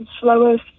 slower